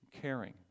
caring